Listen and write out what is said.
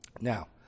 Now